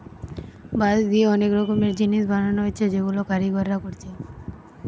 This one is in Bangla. বাঁশ দিয়ে অনেক রকমের জিনিস বানানা হচ্ছে যেগুলা কারিগররা কোরছে